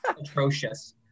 atrocious